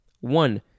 One